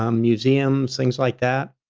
um museums, things like that.